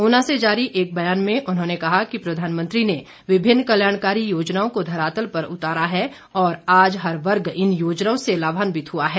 ऊना से जारी एक ब्यान में उन्होंने कहा कि प्रधानमंत्री ने विभिन्न कल्याणकारी योजनाओं को धरातल पर उतारा है और आज हर वर्ग इन योजनाओं से लाभान्वित हुआ है